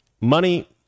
money